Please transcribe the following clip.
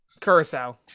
Curacao